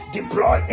Deploy